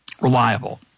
reliable